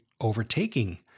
overtaking